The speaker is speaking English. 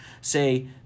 say